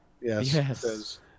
Yes